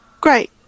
Great